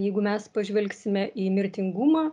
jeigu mes pažvelgsime į mirtingumą